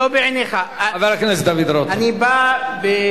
חבר הכנסת דוד רותם, אני מבקש.